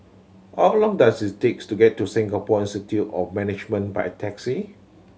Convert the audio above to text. how long does it takes to get to Singapore Institute of Management by taxi